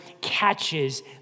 catches